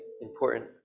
important